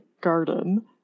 garden